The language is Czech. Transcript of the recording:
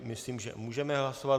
Myslím, že můžeme hlasovat.